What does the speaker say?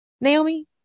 Naomi